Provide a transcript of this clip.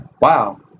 wow